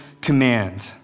command